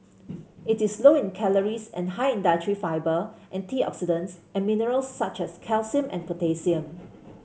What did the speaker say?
it is low in calories and high in dietary fibre antioxidants and minerals such as calcium and potassium